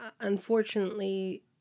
unfortunately